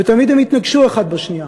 ותמיד הן התנגשו אחת בשנייה.